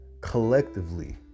collectively